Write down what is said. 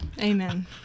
amen